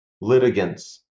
litigants